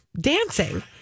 dancing